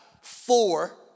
four